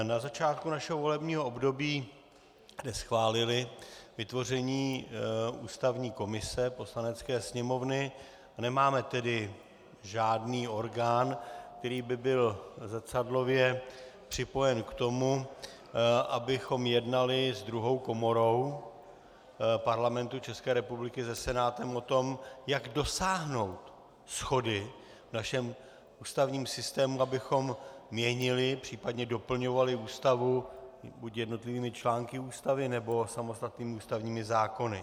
Na začátku našeho volebního období jsme neschválili vytvoření ústavní komise Poslanecké sněmovny, a nemáme tedy žádný orgán, který by byl zrcadlově připojen k tomu, abychom jednali s druhou komorou Parlamentu České republiky, se Senátem, o tom, jak dosáhnout shody v našem ústavním systému, abychom měnili, případně doplňovali Ústavu buď jednotlivými články Ústavy, nebo samostatnými ústavními zákony.